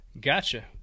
gotcha